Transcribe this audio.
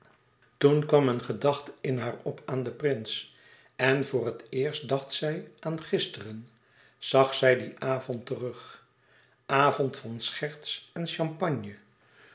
toen kwam een gedachte in haar op aan den prins en voor het eerst dacht zij aan gisteren zag zij dien avond terug avond van scherts en champagne